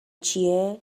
چیه